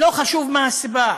לא חשוב מה הסיבה,